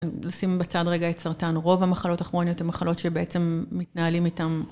לשים בצד רגע את סרטן, רוב המחלות הכרוניות הן מחלות שבעצם מתנהלים איתן.